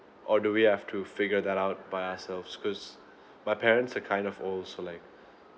or do we have to figure that out by ourselves because my parents are kind of old so like